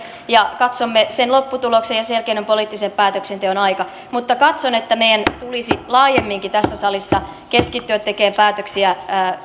ja katsomme sen lopputuloksen ja sen jälkeen on poliittisen päätöksenteon aika mutta katson että meidän tulisi laajemminkin tässä salissa keskittyä tekemään päätöksiä